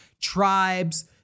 tribes